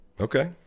Okay